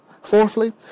Fourthly